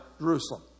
Jerusalem